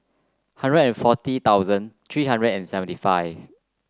hundred and forty thousand three hundred and seventy five